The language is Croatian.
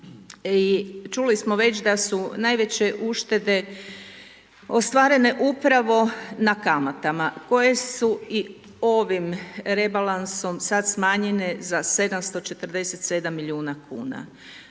Čuli smo već da su najveće uštede ostvarene na kamatama, koje su i ovim rebalansom sad smanjene za 747 milijuna kuna.